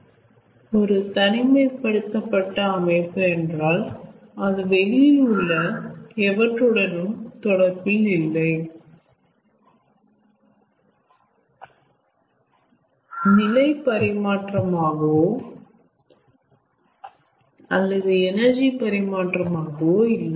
ஆக ஒரு தனிமைப்படுத்தப்பட்ட அமைப்பு என்றால் அது வெளியில் உள்ள எவற்றுடனும் தொடர்பில் இல்லை நிறை பரிமாற்றம் ஆகவோ அல்லது எனர்ஜி பரிமாற்றம் ஆகவோ இல்லை